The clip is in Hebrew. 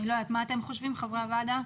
מה חושבים חברי הוועדה?